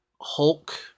Hulk